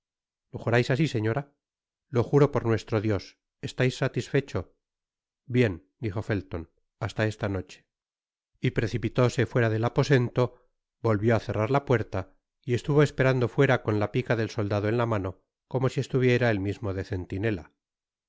jurais asi señora lo juro por nuestro dios i estais satisfecho bien dijo felton hasta esta noche y precipitóse fuera del aposento volvió á cerrar la puerta y estuvo esperando fuera con la pica del soldado en la mano como si estuviera él mismo de centinela